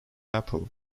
apple